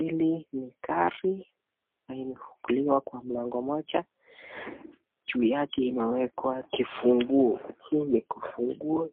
Hili ni gari iliyofunguliwa kwa mlango moja, juu yake imewekwa kifunguo. Hii ni kifunguo